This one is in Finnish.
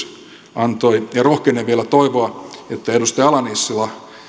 antoi ja rohkenen vielä toivoa että edustaja ala nissilä